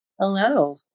Hello